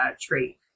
trait